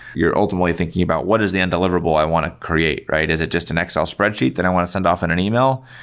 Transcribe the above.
you're ultimately thinking about what is the undeliverable i want to create? is it just an excel spreadsheet that i want to send off on an email?